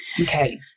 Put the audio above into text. okay